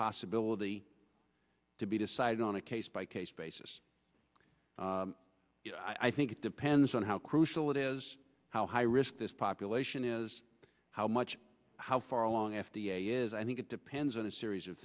possibility to be decided on a case by case basis i think it depends on how crucial it is how high risk this population is how much how far along f d a is i think it depends on a series of